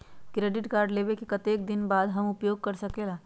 Credit card लेबे के कतेक दिन बाद हम उपयोग कर सकेला?